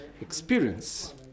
experience